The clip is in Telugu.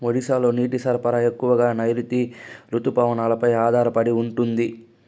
ఒడిశాలో నీటి సరఫరా ఎక్కువగా నైరుతి రుతుపవనాలపై ఆధారపడి ఉంటుంది